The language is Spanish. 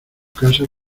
casa